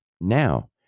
now